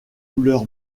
couleur